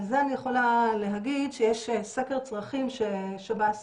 על זה אני יכולה להגיד שיש סקר צרכים ששב"ס